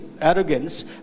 arrogance